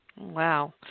Wow